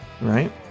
right